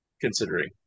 considering